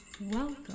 Welcome